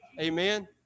Amen